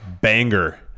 Banger